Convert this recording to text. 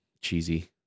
cheesy